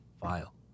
file